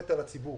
נטל על הציבור